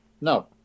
No